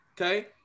okay